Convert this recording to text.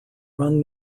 run